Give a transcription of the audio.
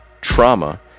trauma